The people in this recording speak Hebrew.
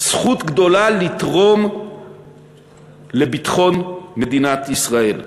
זכות גדולה לתרום לביטחון מדינת ישראל.